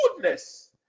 goodness